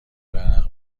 ورق